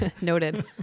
Noted